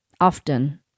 Often